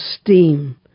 steam